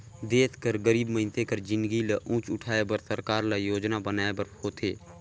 देस कर गरीब मइनसे कर जिनगी ल ऊंच उठाए बर सरकार ल योजना बनाए बर होथे